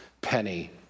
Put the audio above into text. penny